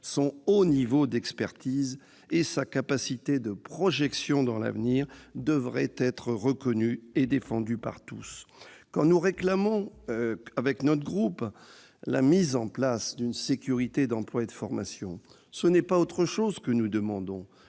son haut niveau d'expertise et sa capacité de projection dans l'avenir devraient être reconnus et défendus par tous. Quand nous réclamons la mise en place d'une sécurité d'emploi et de formation, ce n'est pas autre chose que nous demandons